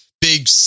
big